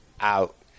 out